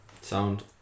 sound